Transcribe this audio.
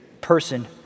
person